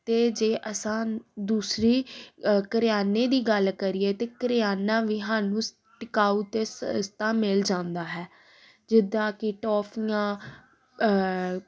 ਅਤੇ ਜੇ ਅਸਾਂ ਦੂਸਰੀ ਕਰਿਆਨੇ ਦੀ ਗੱਲ ਕਰੀਏ ਤਾਂ ਕਰਿਆਨਾ ਵੀ ਸਾਨੂੰ ਟਿਕਾਊ ਅਤੇ ਸਸਤਾ ਮਿਲ ਜਾਂਦਾ ਹੈ ਜਿੱਦਾਂ ਕਿ ਟੋਫੀਆਂ